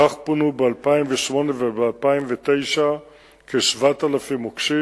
כך פונו ב-2008 וב-2009 כ-7,000 מוקשים.